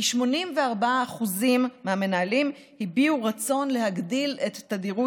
כ-84% מהמנהלים הביעו רצון להגדיל את תדירות